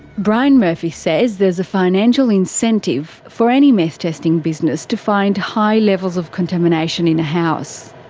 brian murphy says there's a financial incentive for any meth testing business to find high levels of contamination in a house.